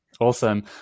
Awesome